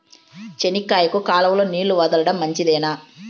చెనక్కాయకు కాలువలో నీళ్లు వదలడం మంచిదేనా?